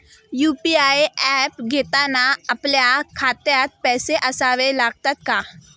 UPI app घेताना आपल्या खात्यात पैसे असावे लागतात का?